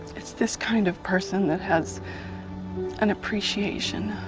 it's this kind of person that has an appreciation,